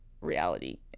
reality